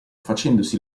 facendosi